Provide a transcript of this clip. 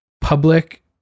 public